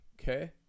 okay